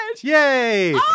Yay